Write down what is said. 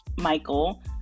Michael